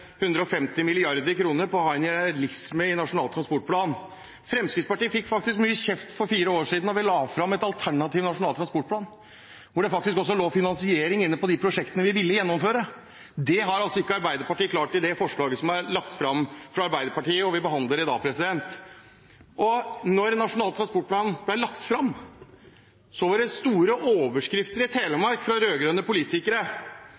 150 mrd. kr på å ha en realisme i Nasjonal transportplan. Vi i Fremskrittspartiet fikk faktisk mye kjeft for fire år siden da vi la fram en alternativ nasjonal transportplan, hvor det faktisk også lå finansiering inne på de prosjektene vi ville gjennomføre. Det har altså ikke Arbeiderpartiet klart i det forslaget som er lagt fram fra Arbeiderpartiet, og som vi behandler i dag. Da Nasjonal transportplan ble lagt fram, var det store overskrifter i Telemark fra rød-grønne politikere.